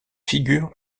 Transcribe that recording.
figure